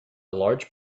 large